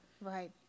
Right